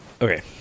Okay